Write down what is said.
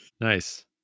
nice